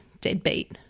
deadbeat